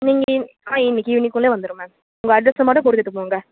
நீங்கள் இ ஆ இன்றைக்கி ஈவினிங்குள்ளே வந்துடும் மேம் உங்கள் அட்ரெஸ்ஸை மட்டும் கொடுத்து போங்க